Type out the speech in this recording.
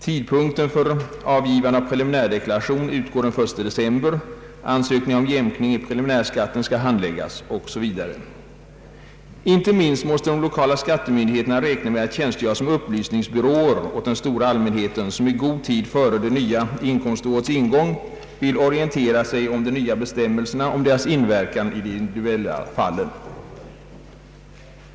Tidpunkten för avgivande av preliminärdeklaration utgår den 1 december, ansökningar om jämkning i preliminärskatten skall handläggas o.s.v. Inte minst måste de lokala skattemyndigheterna räkna med att få tjänstgöra som upplysningsbyråer åt den stora allmänheten, som i god tid före det nya inkomstårets ingång vill orientera sig om de nya bestämmelserna och om deras inverkan i de individuella fallen.